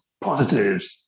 positives